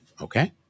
okay